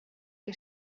que